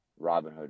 Robinhood